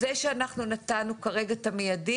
זה שאנחנו נתנו כרגע את המידי,